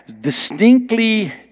distinctly